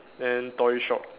then toy shop